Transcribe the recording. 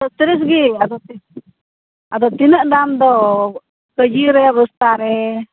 ᱪᱷᱚᱛᱛᱤᱨᱤᱥ ᱜᱮ ᱟᱫᱚ ᱟᱫᱚ ᱛᱤᱱᱟᱹᱜ ᱫᱟᱢ ᱫᱚ ᱠᱮᱡᱤ ᱨᱮ ᱵᱚᱥᱛᱟ ᱨᱮ